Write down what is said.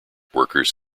workers